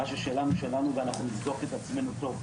מה ששלנו שלנו ואנחנו נבדוק את עצמנו טוב טוב.